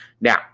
Now